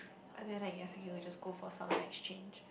and then I guess I can just go for summer exchange